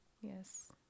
Yes